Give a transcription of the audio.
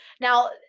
now